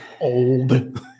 old